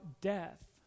death